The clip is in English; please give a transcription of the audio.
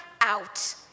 out